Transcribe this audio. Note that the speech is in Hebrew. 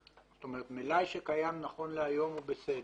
מלאי שקיים נכון להיום הוא בסדר.